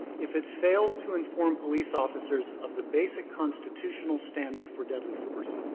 if it fails to inform police officers of the basic constitutional standard for deadly force.